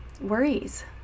worries